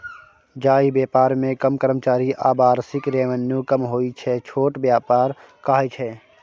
जाहि बेपार मे कम कर्मचारी आ बार्षिक रेवेन्यू कम होइ छै छोट बेपार कहय छै